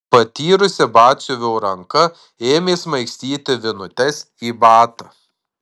patyrusi batsiuvio ranka ėmė smaigstyti vinutes į batą